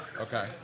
Okay